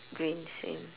green same